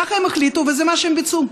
כך הם החליטו וזה מה שהם ביצעו.